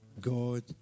God